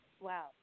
wow